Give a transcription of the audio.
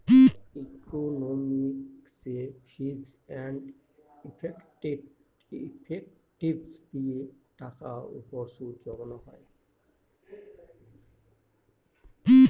ইকনমিকসে ফিচ and effective দিয়ে টাকার উপর সুদ জমানো